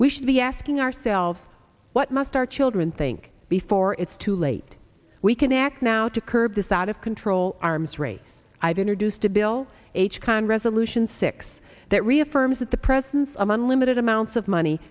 we should be asking ourselves what must our children think before it's too late we can act now to curb this out of control arms race i've introduced a bill h qand resolution six that reaffirms that the presence of unlimited amounts of money